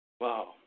Wow